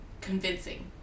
convincing